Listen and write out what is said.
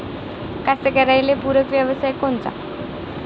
कास्तकाराइले पूरक व्यवसाय कोनचा?